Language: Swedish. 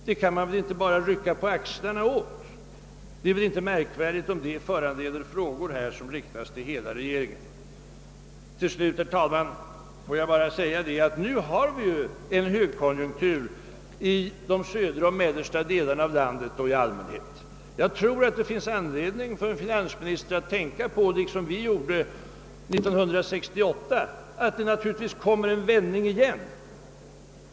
Det är någonting som man inte bara kan rycka på axlarna åt, och det är väl inte märkvärdigt om detta föranleder frågor som riktas till hela regeringen. Till slut, herr talman, vill jag säga att vi nu har en högkonjunktur i de södra och mellersta delarna av landet. Jag tror att det finns anledning för finansministern att, liksom vi gjorde 1968, tänka på att det naturligtvis kommer en vändning igen.